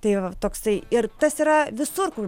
tai va toksai ir tas yra visur kur